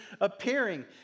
appearing